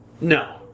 No